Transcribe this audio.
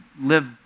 live